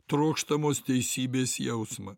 trokštamos teisybės jausmą